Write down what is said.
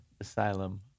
Asylum